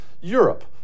Europe